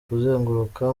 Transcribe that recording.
kuzenguruka